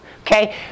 Okay